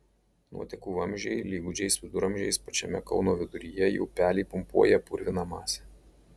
nuotekų vamzdžiai lyg gūdžiais viduramžiais pačiame kauno viduryje į upelį pumpuoja purviną masę